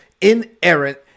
inerrant